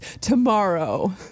tomorrow